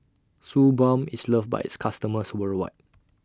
Suu Balm IS loved By its customers worldwide